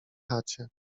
chacie